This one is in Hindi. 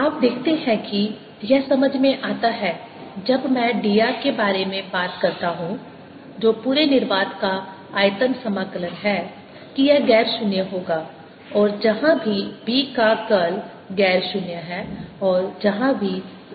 अब आप देखते हैं कि यह समझ में आता है जब मैं d r के बारे में बात करता हूं जो पूरे निर्वात का आयतन समाकलन है कि यह गैर शून्य होगा जहां भी B का कर्ल गैर शून्य है और जहां भी A गैर शून्य है